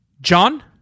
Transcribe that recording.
John